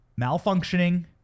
malfunctioning